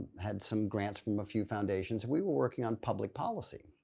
had some grants from a few foundations. we were working on public policy.